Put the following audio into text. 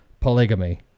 polygamy